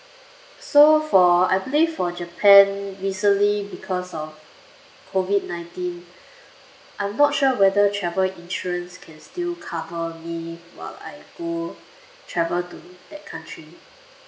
so for I've leave for japan recently because of COVID nineteen I'm not sure whether travel insurance can still cover me while I go travel to that country